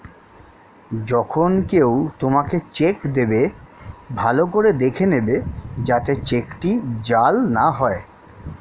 যখন কেউ তোমাকে চেক দেবে, ভালো করে দেখে নেবে যাতে চেকটি জাল না হয়